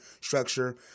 structure